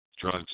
drugs